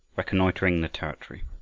reconnoitering the territory